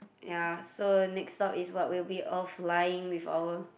ya so next stop is what we'll be all flying with our